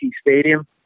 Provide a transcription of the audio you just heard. Stadium